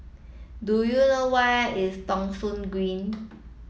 do you know where is Thong Soon Green